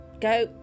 go